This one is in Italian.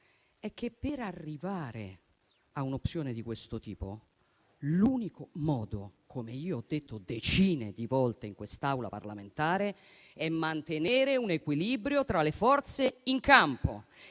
per arrivare a un'opzione di questo tipo, l'unico modo - come io ho detto decine di volte in quest'Aula parlamentare - è mantenere un equilibrio tra le forze in campo,